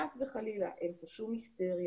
חס וחלילה אין פה שום היסטריה,